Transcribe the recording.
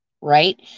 right